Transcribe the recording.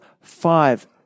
five